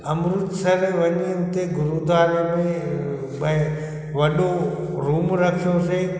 अमृतसर वञी हुते गुरूद्वारे में भई वॾो रूम रखियोसीं